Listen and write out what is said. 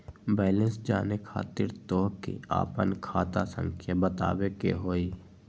Balance जाने खातिर तोह के आपन खाता संख्या बतावे के होइ?